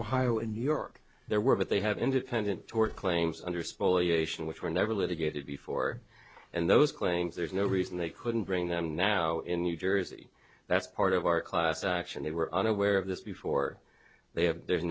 ohio and new york there were but they have independent tort claims under spoliation which were never litigated before and those claims there's no reason they couldn't bring them now in new jersey that's part of our class action they were unaware of this before they have there's